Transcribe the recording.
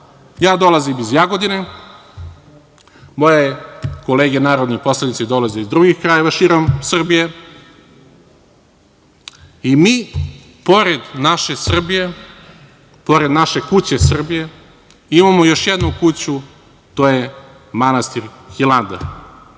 nalazio. Dolazim iz Jagodine, moje kolege narodni poslanici dolaze iz drugih krajeva širom Srbije i mi pored naše Srbije, pored naše kuće Srbije, imamo još jednu kuću, a to je manastir Hilandar. Evo,